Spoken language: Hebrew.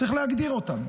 צריך להגדיר אותם.